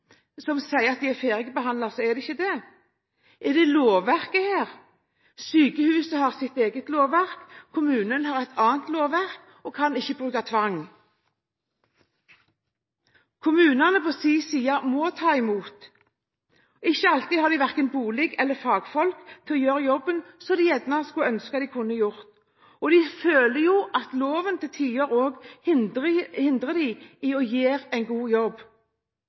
sier at pasientene er ferdigbehandlet, og så er de ikke det? Er det noe med lovverket her? Sykehuset har sitt eget lovverk. Kommunen har et annet lovverk og kan ikke bruke tvang. Kommunene må ta imot. Det er ikke alltid de har verken bolig eller fagfolk til å gjøre den jobben de gjerne skulle ønske å gjøre. De føler òg at loven til tider hindrer dem i å gjøre en god jobb.